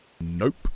Nope